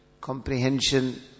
comprehension